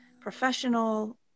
professional